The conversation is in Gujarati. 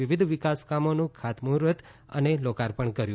વિવિધ વિકાસકામોનું ખાતમૂહર્ત અને લોકાર્પણ કર્યું